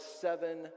seven